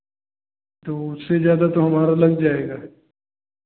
तो उससे ज़्यादा तो हमारा लग जाएगा